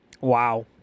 Wow